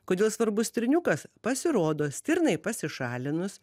kodėl svarbu stirniukas pasirodo stirnai pasišalinus